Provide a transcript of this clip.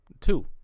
Two